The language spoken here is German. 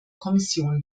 kommission